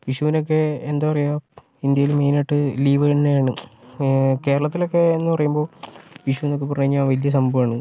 വിഷുവിനൊക്കെ എന്താ പറയുക ഇന്ത്യയിൽ മെയിനായിട്ട് ലീവ് തന്നെയാണ് കേരളത്തിലൊക്കെയെന്ന് പറയുമ്പോൾ വിഷുവെന്നൊക്കെ പറഞ്ഞുകഴിഞ്ഞാൽ വലിയ സംഭവമാണ്